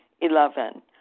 Eleven